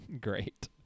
Great